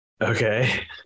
Okay